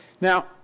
Now